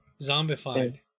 Zombified